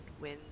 win